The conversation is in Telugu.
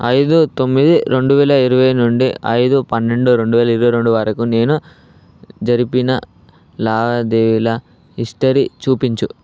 ఐదు తొమ్మిది రెండు వేల ఇరవై నుండి ఐదు పన్నెండు రెండు వేల ఇరవై రెండు వరకు నేను జరిపిన లావాదేవీల హిస్టరీ చూపించు